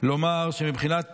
לומר שמבחינת